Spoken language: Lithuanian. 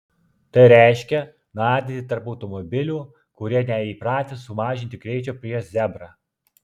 tai reiškia nardyti tarp automobilių kurie neįpratę sumažinti greičio prieš zebrą